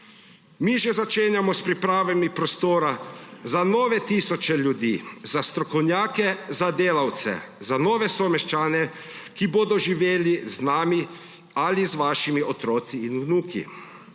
Mi že začenjamo s pripravami prostora za nove tisoče ljudi, za strokovnjake, za delavce, za nove someščane, ki bodo živeli z nami ali z vašimi otroci in vnuki.